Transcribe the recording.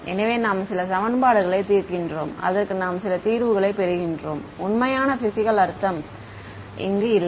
எனவே நாம் சில சமன்பாடுகளைத் தீர்க்கின்றோம் அதற்கு நாம் சில தீர்வுகளைப் பெறுகின்றோம் உண்மையான பிஸிக்கல் அர்த்தம் அங்கு இல்லை